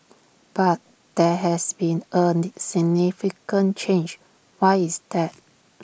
but there has been A significant change why is that